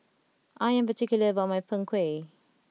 I am particular about my Png Kueh